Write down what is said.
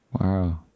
Wow